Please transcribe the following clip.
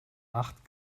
acht